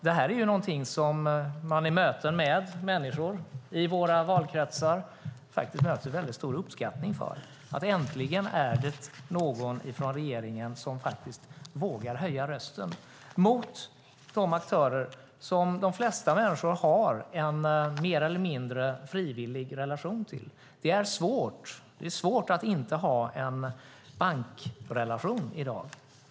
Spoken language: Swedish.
Det är något som man i möten med människor, i våra valkretsar, möter stor uppskattning för. Äntligen är det någon från regeringen som vågar höja rösten mot de aktörer som de flesta människor har en mer eller mindre frivillig relation till. Det är svårt att inte ha en bankrelation i dag.